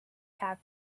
have